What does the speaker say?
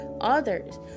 Others